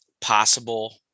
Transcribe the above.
possible